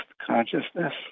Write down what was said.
consciousness